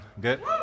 Good